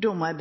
Då må eg